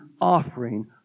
offering